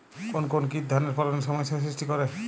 কোন কোন কীট ধানের ফলনে সমস্যা সৃষ্টি করে?